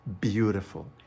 beautiful